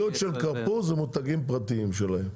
המומחיות של קרפור זה מותגים פרטיים שלהם,